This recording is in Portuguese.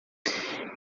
eles